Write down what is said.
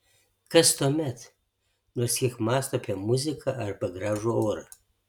kas tuomet nors kiek mąsto apie muziką arba gražų orą